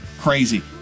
crazy